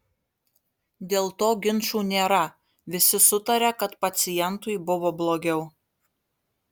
dėl to ginčų nėra visi sutaria kad pacientui buvo blogiau